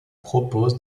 propose